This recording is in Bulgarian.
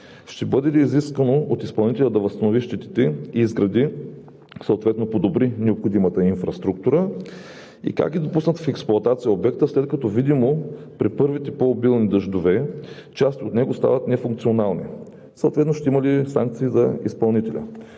ще бъде ли изискано от изпълнителя да възстанови щетите, да изгради и съответно подобри необходимата инфраструктура? Как е допуснат в експлоатация обектът, след като видимо при първите по-обилни дъждове част от него става нефункционална? Ще има ли санкции за изпълнителя?